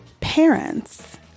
parents